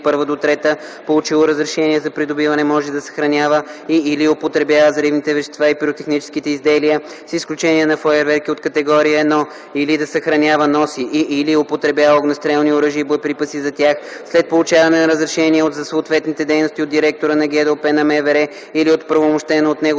50, ал. 1-3, получило разрешение за придобиване, може да съхранява и/или употребява взривните вещества и пиротехническите изделия, с изключение на фойерверки от категория 1, или да съхранява, носи и/или употребява огнестрелни оръжия и боеприпаси за тях след получаване на разрешение за съответните дейности от директора на ГДОП на МВР или от оправомощено от него